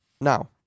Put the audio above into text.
Now